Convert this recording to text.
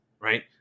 Right